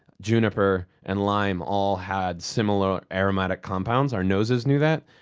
juniper and lime all had similar aromatic compounds. our noses knew that,